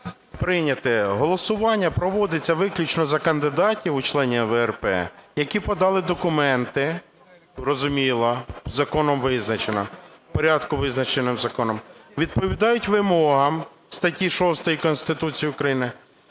прийняти: голосування проводиться виключно за кандидатів у члени ВРП, які подали документи (зрозуміло, законом визначено) в порядку, визначеному законом, відповідають вимогам статті 6 Конституції України